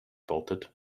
bolted